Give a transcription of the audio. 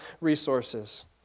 resources